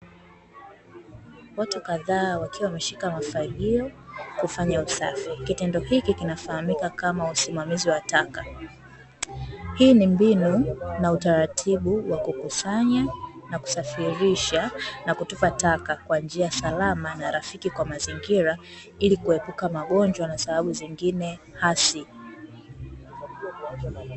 Watu kadhaa wakiwa wameshika mafagio kufanya usafi kitendo hiki kinafahamika kama usimamizi wa taka, hii ni mbinu na utaratibu wa kukusanya na kusafirisha na kutupa taka kwa njia salama na rafiki kwa mazingira ili kuepuka magonjwa na sababu zingine hasi.